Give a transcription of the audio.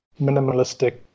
minimalistic